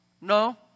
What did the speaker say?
no